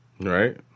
Right